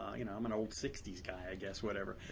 you know, i'm an old sixty s guy, i guess, whatever.